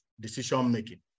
decision-making